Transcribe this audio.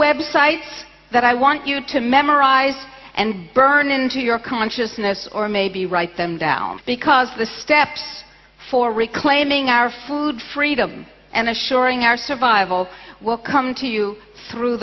websites that i want you to memorize and burn into your consciousness or maybe write them down because the steps for reclaiming our food freedom and assuring our survival will come to you through